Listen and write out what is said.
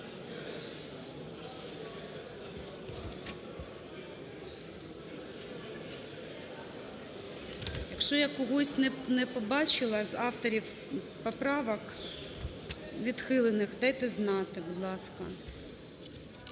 Якщо я когось не побачила з авторів поправок відхилених, дайте знати, будь ласка.